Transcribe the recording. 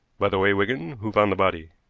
by the way, wigan, who found the body?